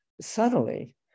subtly